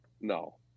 No